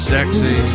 Sexy